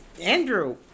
Andrew